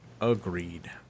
agreed